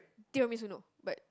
tiramisu no but